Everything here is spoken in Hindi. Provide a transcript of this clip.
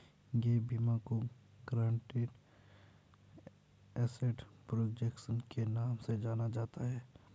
गैप बीमा को गारंटीड एसेट प्रोटेक्शन के नाम से जाना जाता है